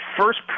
first